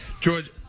George